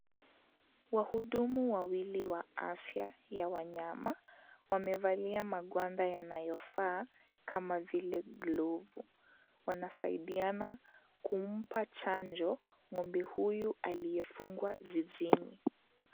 Wahudumu wawili ya afya ya wanyama wamevalia magwanda yanayofaa kama vile glovu. Wanasaidiana kumpa chanjo ng'ombe huyu aliyefungwa zizini.